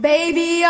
Baby